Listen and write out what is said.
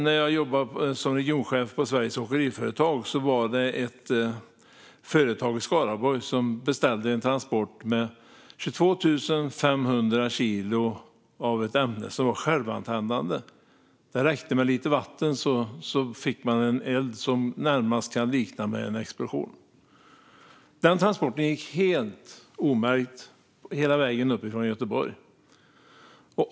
När jag jobbade som regionchef på Sveriges Åkeriföretag var det ett företag i Skaraborg som beställde en transport med 22 500 kilo av ett ämne som var självantändande. Det räckte med lite vatten för att man skulle få en eld som närmast kan liknas vid en explosion. Denna transport gick helt omärkt hela vägen upp från Göteborg.